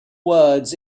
words